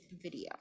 video